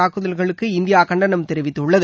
தாக்குதல்களுக்கு இந்தியா கண்டனம் தெரிவித்துள்ளது